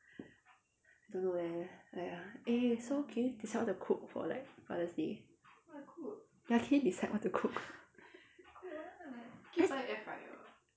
I don't know leh !aiya! eh so can you decide what to cook for like father's day ya can you decide what to cook